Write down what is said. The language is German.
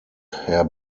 herr